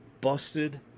busted